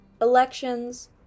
Elections